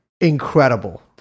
Incredible